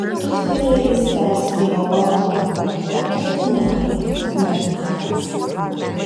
kartu fiureris perspėjo londoną kad jo ketinimai ne blefas